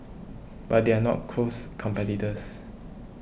but they are not close competitors